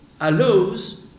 allows